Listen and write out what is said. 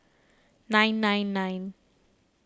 nine nine nine